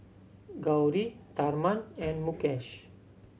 Gauri Tharman and Mukesh